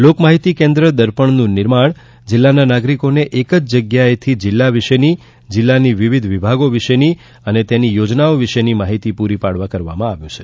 લોક માહિતી કેન્દ્ર દર્પણનું નિર્માણ જિલ્લાના નાગરિકોને એક જ જગ્યાએ થી જિલ્લા વિશેની જિલ્લાના વિવિધ વિભાગો વિશેની અને તેની યોજનાઓ વિશે માહિતી પ્રરી પાડવા કરવામાં આવ્યું છે